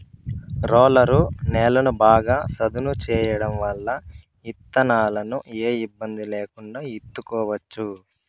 roller నేలను బాగా సదును చేయడం వల్ల ఇత్తనాలను ఏ ఇబ్బంది లేకుండా ఇత్తుకోవచ్చు